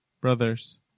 Brothers